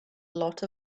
lot